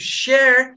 share